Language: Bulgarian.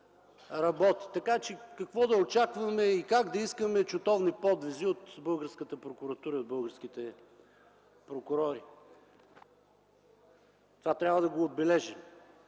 работи. Така че какво да очакваме и как да искаме чутовни подвизи от българската прокуратура и българските прокурори? Това трябва да го отбележим.